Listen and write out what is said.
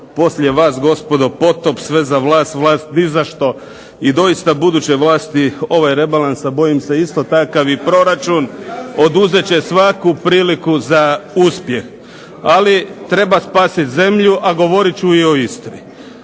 poslije vas gospodo potop sve za vlast, vlast ni za što. I doista buduće vlasti ovog rebalansa bojim se isto takav i proračun, oduzet će svaku priliku za uspjeh. Ali treba spasiti zemlju, a govorit ću o Istri.